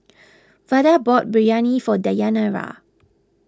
Vada bought Biryani for Dayanara